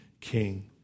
King